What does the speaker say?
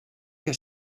que